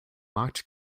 markt